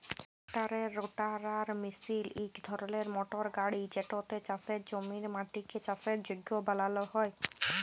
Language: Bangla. ট্রাক্টারের রোটাটার মিশিল ইক ধরলের মটর গাড়ি যেটতে চাষের জমির মাটিকে চাষের যগ্য বালাল হ্যয়